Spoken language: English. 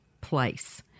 place